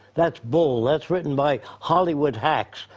that's bull, that's written by hollywood hacks.